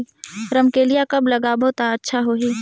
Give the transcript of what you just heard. रमकेलिया कब लगाबो ता अच्छा होही?